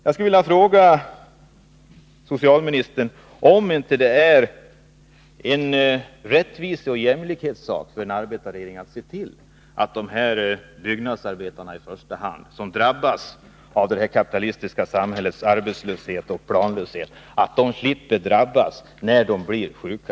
Jag skulle vilja fråga socialministern: Är det inte en rättviseoch jämlikhetsfråga för en arbetarregering att se till att i första hand dessa byggnadsarbetare, som drabbas av det kapitalistiska samhällets arbetslöshet och planlöshet, slipper drabbas när de blir sjuka?